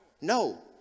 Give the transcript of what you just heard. No